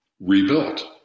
rebuilt